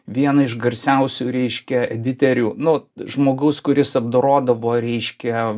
vieną iš garsiausių reiškia editerių nu žmogus kuris apdorodavo reiškia